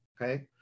Okay